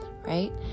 right